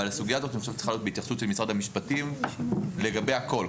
אבל הסוגיה הזאת צריכה להיות בהתייחסות של משרד המשפטים לגבי הכול.